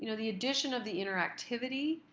you know the addition of the interactivity,